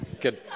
good